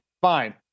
Fine